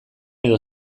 edo